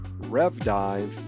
revdive